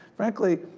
frankly,